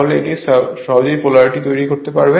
তাহলে এটি সহজে পোলরিটি তৈরি করতে পারবে